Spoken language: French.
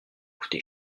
coûté